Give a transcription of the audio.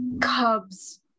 cubs